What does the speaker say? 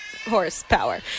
Horsepower